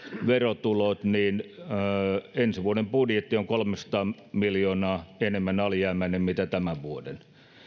verotulot niin ensi vuoden budjetti on kolmesataa miljoonaa enemmän alijäämäinen kuin tämän vuoden